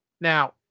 Now